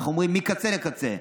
איך אומרים, מקצה לקצה.